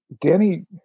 Danny